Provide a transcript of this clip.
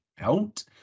out